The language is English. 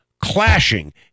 clashing